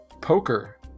poker